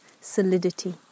solidity